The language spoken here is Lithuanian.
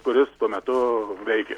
kuris tuo metu veikė